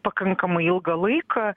pakankamai ilgą laiką